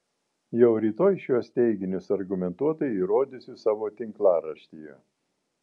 jau rytoj šiuos teiginius argumentuotai įrodysiu savo tinklaraštyje